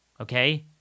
Okay